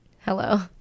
hello